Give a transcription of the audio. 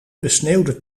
besneeuwde